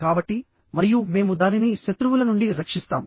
కాబట్టి మరియు మేము దానిని శత్రువుల నుండి రక్షిస్తాము